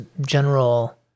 general